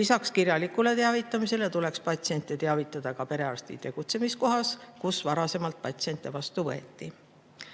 Lisaks kirjalikule teavitamisele tuleks patsienti teavitada ka perearsti tegutsemiskohas, kus varasemalt patsiente vastu võeti. Tehti